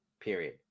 period